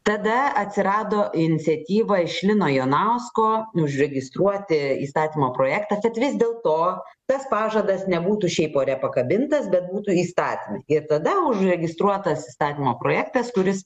tada atsirado iniciatyva iš lino jonausko užregistruoti įstatymo projektą kad vis dėlto tas pažadas nebūtų šiaip ore pakabintas bet būtų įstatyme ir tada užregistruotas įstatymo projektas kuris